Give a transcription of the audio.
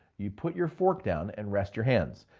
you put your fork down and rest your hands.